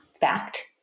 fact